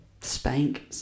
spank